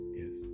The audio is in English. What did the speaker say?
yes